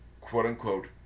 quote-unquote